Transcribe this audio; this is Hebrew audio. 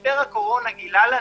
משבר הקורונה גילה לנו